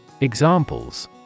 Examples